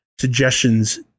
suggestions